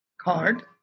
card